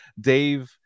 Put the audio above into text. Dave